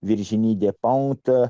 biržinytė paltą